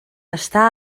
està